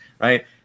right